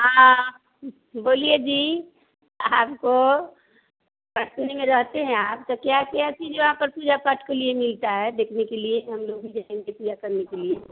हाँ बोलिए जी आपको में रहते है आप तो क्या क्या चीज जो है पूजा पाठ के लिए मिलता है देखने के लिए हम लोग भी पूजा करने के लिए